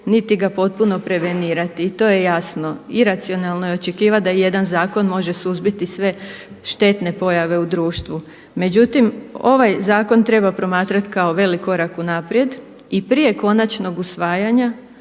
niti ga potpuno prevenirati i to je jasno. Iracionalno je očekivati da jedan zakon može suzbiti sve štetne pojave u društvu. Međutim, ovaj zakon treba promatrati kao velik korak unaprijed i prije konačnog usvajanja